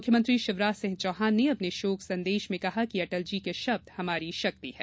मुख्यमंत्री शिवराज सिंह चौहान ने अपने शोक संदेश में कहा कि अटल जी के शब्द हमारी शक्ति है